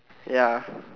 ya